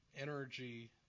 energy